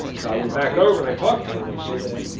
so i went back over, and i talked to her, and i say that,